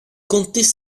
comptaient